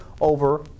over